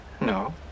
No